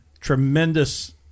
tremendous